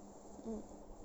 mm